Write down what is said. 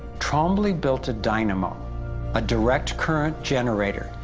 trombly built a dynamo a direct current generator,